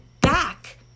back